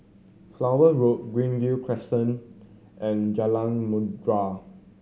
Flower Road Greenview Crescent and Jalan Merdu